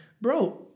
Bro